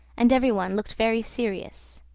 and every one looked very serious.